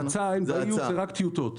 ב-EU זאת הצעה, רק טיוטות.